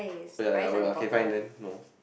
oh ya ya oh okay fine then no